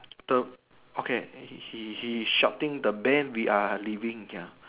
the okay he he he shouting the bear we are leaving ya